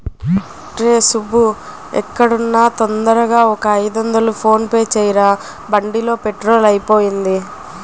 రేయ్ సుబ్బూ ఎక్కడున్నా తొందరగా ఒక ఐదొందలు ఫోన్ పే చెయ్యరా, బండిలో పెట్రోలు అయిపొయింది